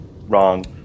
Wrong